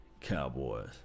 Cowboys